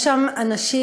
יש שם אנשים,